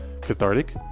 cathartic